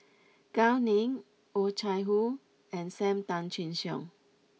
Gao Ning Oh Chai Hoo and Sam Tan Chin Siong